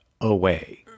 away